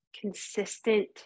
consistent